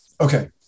Okay